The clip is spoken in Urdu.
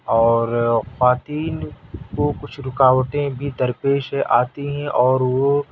اور خواتین کو کچھ رکاوٹیں بھی درپیش آتی ہیں اور وہ